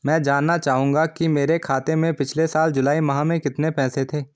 मैं जानना चाहूंगा कि मेरे खाते में पिछले साल जुलाई माह में कितने पैसे थे?